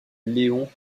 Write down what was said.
leon